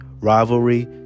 rivalry